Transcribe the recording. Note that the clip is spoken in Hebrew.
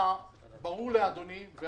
אני רוצה לדבר,